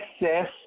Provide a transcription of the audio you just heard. access